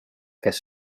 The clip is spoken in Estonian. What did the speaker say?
kes